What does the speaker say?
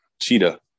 cheetah